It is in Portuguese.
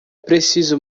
preciso